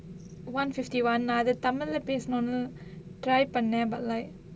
one fifty one அத:atha tamil lah பேசனோன்னு:pesanonnu try பண்னேன்:pannaen but like